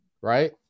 right